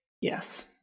Yes